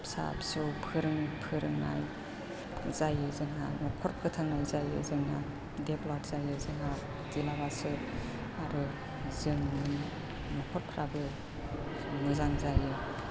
फिसा फिसौ फोरोंनाय जायो जोंहा न'खर फोथांनाय जायो जोंहा देभलप जायो जोंहा बिदिबासो आरो जोंनि न'खरफ्राबो मोजां जायो